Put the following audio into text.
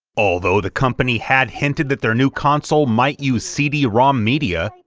although the company had hinted that their new console might use cd-rom media,